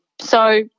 So-